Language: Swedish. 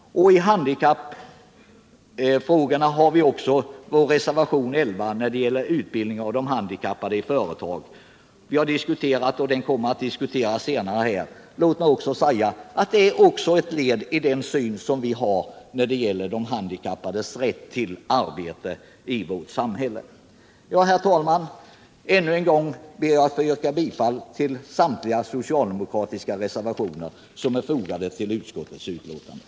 Och i handikappfrågorna har vi vår reservation nr 11 när det gäller utbildning av handikappade i företag. Detta har diskuterats, och frågan kommer också att diskuteras senare här. Låt mig säga: Detta är också ett led i vår syn på de handikappades rätt till arbete i vårt samhälle. Herr talman! Ännu en gång ber jag att få yrka bifall till samtliga socialdemokratiska reservationer som är fogade till utskottsbetänkandet.